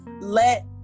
let